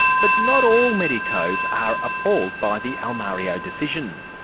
but not all medicos are appalled by the almario decision.